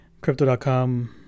crypto.com